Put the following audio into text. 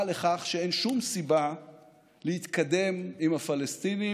לכך שאין שום סיבה להתקדם עם הפלסטינים,